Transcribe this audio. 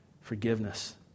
forgiveness